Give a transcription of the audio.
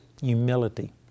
Humility